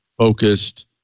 Focused